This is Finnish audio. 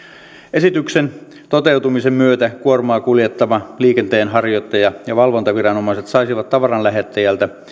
esityksen toteutumisen myötä kuormaa kuljettava liikenteenharjoittaja ja valvontaviranomaiset saisivat tavaran lähettäjältä